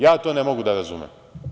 Ja to ne mogu da razumem.